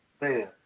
man